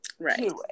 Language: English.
Right